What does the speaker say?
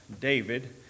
David